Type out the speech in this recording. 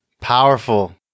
Powerful